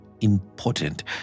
important